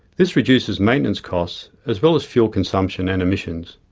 this reduces maintenance costs, as well as fuel consumption and emissions.